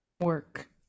work